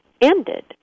ended